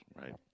right